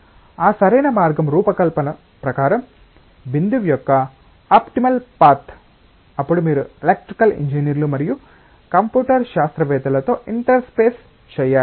ఆ సరైన మార్గం రూపకల్పన ప్రకారం బిందువు యొక్క ఆప్టిమల్ పాత్ అప్పుడు మీరు ఎలక్ట్రికల్ ఇంజనీర్లు మరియు కంప్యూటర్ శాస్త్రవేత్తలతో ఇంటర్ఫేస్ చేయాలి